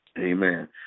Amen